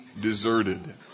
deserted